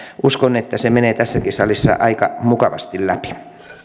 uskon että se menee tässäkin salissa aika mukavasti läpi